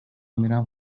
میرم